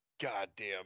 goddamn